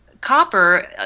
copper